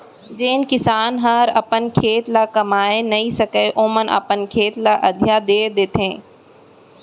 जेन किसान हर अपन खेत ल कमाए नइ सकय ओमन अपन खेत ल अधिया दे देथे